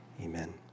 Amen